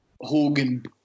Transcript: Hogan